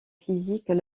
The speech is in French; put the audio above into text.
physiques